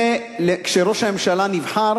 כשראש הממשלה נבחר